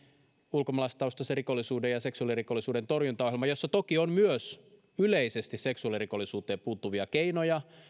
ulkomaalaistaustaisen rikollisuuden ja seksuaalirikollisuuden torjuntaohjelman jossa toki on myös yleisesti seksuaalirikollisuuteen puuttuvia keinoja